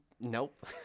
nope